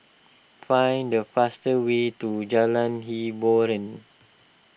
find the fastest way to Jalan Hiboran